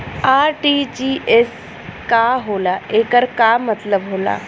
RTGS का होला एकर का मतलब होला?